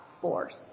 force